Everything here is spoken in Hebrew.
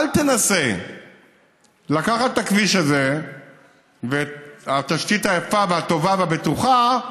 אל תנסה לקחת את הכביש הזה והתשתית היפה והטובה והבטוחה,